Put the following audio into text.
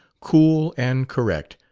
cool and correct,